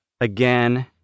again